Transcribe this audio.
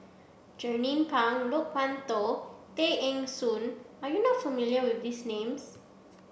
Jernnine Pang Loke Wan Tho Tay Eng Soon are you not familiar with these names